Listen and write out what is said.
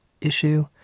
issue